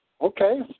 Okay